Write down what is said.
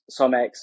Somex